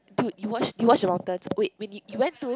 dude you watch you watch the mountains wait you you went to